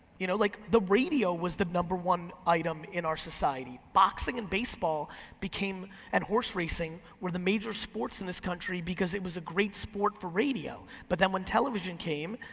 you know like the radio was the number one item in our society. boxing and baseball became, and horse racing, were the major sports in this country because it was a great sport for radio. but then when television came,